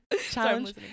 challenge